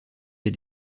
les